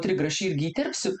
trigrašį irgi įterpsiu